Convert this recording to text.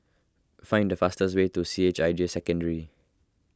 find the fastest way to C H I J Secondary